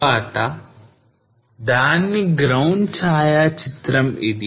తర్వాత దాన్ని ground ఛాయా చిత్రం ఇది